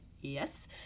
yes